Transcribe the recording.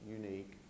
unique